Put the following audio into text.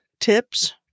tips